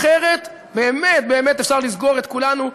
אחרת באמת באמת אפשר לסגור את כולנו,